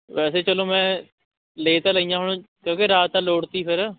ਵੈਸੇ ਚਲੋ ਮੈਂ ਲੈ ਤਾਂ ਲਈਆਂ ਹੁਣ ਕਿਉਂਕਿ ਰਾਤ ਤਾਂ ਲੋੜ ਤੀ ਫਿਰ